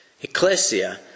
ecclesia